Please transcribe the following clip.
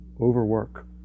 Overwork